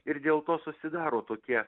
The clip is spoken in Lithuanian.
ir dėl to susidaro tokie